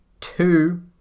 two